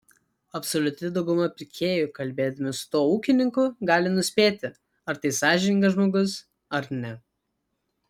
absoliuti dauguma pirkėjų kalbėdami su tuo ūkininku gali nuspėti ar tai sąžiningas žmogus ar ne